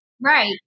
Right